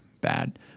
bad